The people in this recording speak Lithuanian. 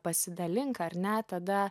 pasidalink ar ne tada